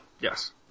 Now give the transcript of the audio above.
Yes